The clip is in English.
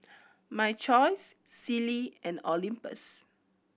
My Choice Sealy and Olympus